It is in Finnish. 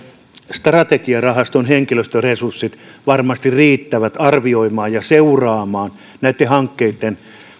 strategiarahaston henkilöstöresurssit varmasti riittävät arvioimaan ja seuraamaan näitten hankkeitten